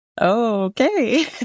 okay